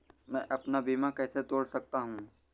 मैं अपना बीमा कैसे तोड़ सकता हूँ?